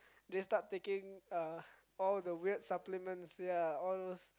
they start taking uh all the weird supplements ya all those